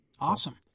awesome